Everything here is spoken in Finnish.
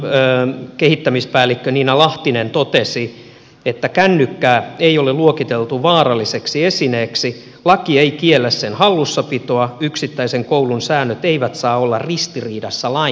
oajn kehittämispäällikkö nina lahtinen totesi että kännykkää ei ole luokiteltu vaaralliseksi esineeksi laki ei kiellä sen hallussapitoa yksittäisen koulun säännöt eivät saa olla ristiriidassa lain kanssa